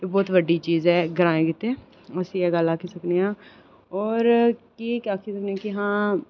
एह् बहुत बड्डी चीज़ ऐ ग्राएं गितै अस एह् गल्ल आक्खी सकनेआं ते होर केह् आक्खी सकनेआं आं कि हां